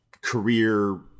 career